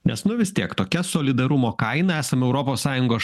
nes nu vis tiek tokia solidarumo kaina esam europos sąjungos